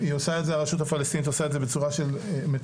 הרשות הפלסטינית עושה את זה בצורה מתוכננת,